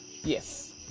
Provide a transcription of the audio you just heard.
Yes